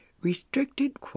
restricted